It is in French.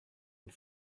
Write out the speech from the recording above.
une